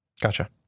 Gotcha